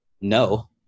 no